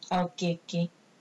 oh okay okay